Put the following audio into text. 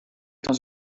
dans